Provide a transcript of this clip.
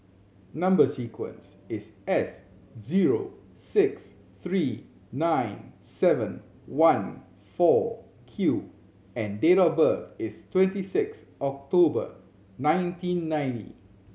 number sequence is S zero six three nine seven one four Q and date of birth is twenty six October nineteen ninety